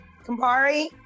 Campari